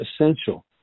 essential